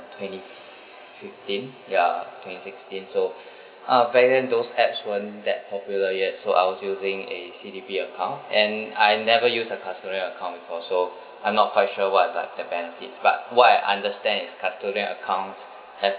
maybe fifteen ya twenty sixteen so uh back then those apps weren't that popular yet so I was using a C_D_P account and I never use the custodian account before so I'm not quite sure what are the the benefits but what I understand is custodian accounts have